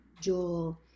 Joel